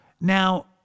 now